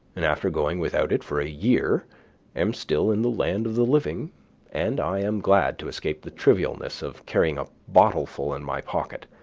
and after going without it for a year am still in the land of the living and i am glad to escape the trivialness of carrying a bottleful in my pocket,